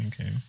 okay